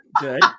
Good